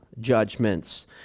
judgments